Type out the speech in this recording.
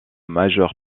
majeure